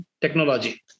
technology